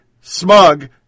smug